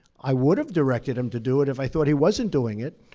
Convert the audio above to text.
i would have directed him to do it if i thought he wasn't doing it.